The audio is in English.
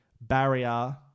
barrier